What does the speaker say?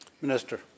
Minister